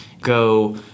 go